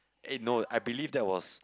eh no I believe that was